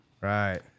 Right